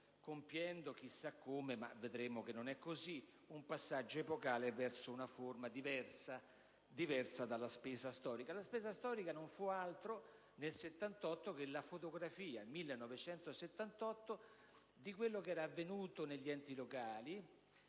compiendo chissà come - ma vedremo che non è così - un passaggio epocale verso una forma diversa dalla spesa storica. Nel 1978, la spesa storica non fu altro che la fotografia di quello che era avvenuto negli enti locali.